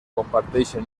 comparteixen